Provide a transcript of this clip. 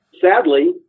Sadly